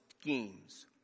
schemes